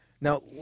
Now